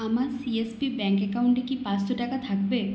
আমার CSB bank অ্যাকাউন্টে কি পাঁচশো টাকা থাকবে